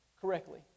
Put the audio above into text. correctly